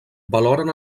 valoren